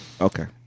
Okay